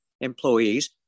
employees